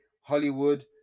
Hollywood